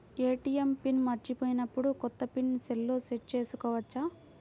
ATM PIN మరచిపోయినప్పుడు, కొత్త PIN సెల్లో సెట్ చేసుకోవచ్చా?